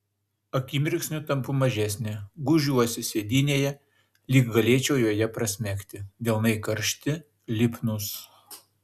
akimirksniu tampu mažesnė gūžiuosi sėdynėje lyg galėčiau joje prasmegti delnai karšti lipnūs